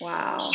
Wow